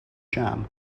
jam